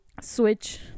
switch